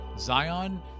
Zion